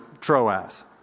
Troas